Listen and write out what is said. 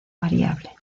variable